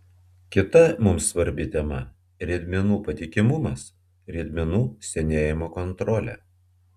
kita mums svarbi tema riedmenų patikimumas riedmenų senėjimo kontrolė